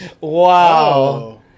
Wow